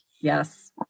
Yes